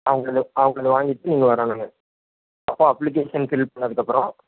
அவங்கள அவங்கள வாங்கிகிட்டு நீங்கள் வரணுங்க அப்போ அப்ளிகேஷன் ஃபில் பண்ணதுக்கப்புறோம்